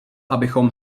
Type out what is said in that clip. abychom